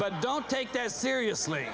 but don't take this seriously